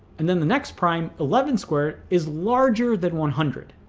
and then the next prime eleven square is larger than one hundred.